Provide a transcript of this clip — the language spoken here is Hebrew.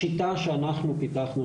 השיטה שאנחנו פיתחנו,